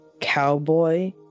cowboy